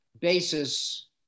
basis